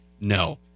No